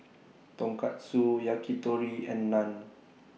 Tonkatsu Yakitori and Naan